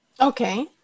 okay